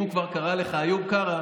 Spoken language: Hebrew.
אם הוא כבר קרא לך איוב קרא,